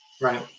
Right